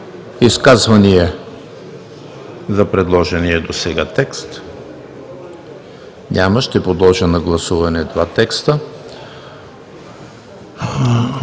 Изказвания по предложения досега текст? Няма. Ще подложа на гласуване два текста: